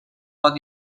pot